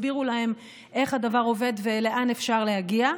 ויסבירו להם איך הדבר עובד ולאן אפשר להגיע.